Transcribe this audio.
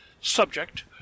subject